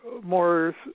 more